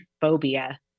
phobia